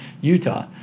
Utah